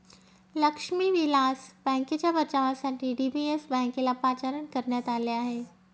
लक्ष्मी विलास बँकेच्या बचावासाठी डी.बी.एस बँकेला पाचारण करण्यात आले आहे